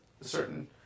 certain